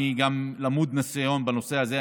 אני גם למוד ניסיון בנושא הזה,